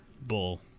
bull